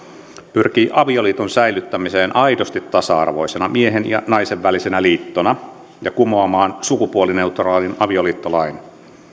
pyrkii avioliiton säilyttämiseen aidosti tasa arvoisena miehen ja naisen välisenä liittona ja kumoamaan sukupuolineutraalin avioliittolain